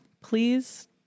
please